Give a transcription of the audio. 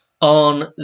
on